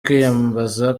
kwiyambaza